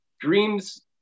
dreams